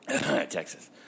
Texas